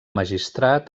magistrat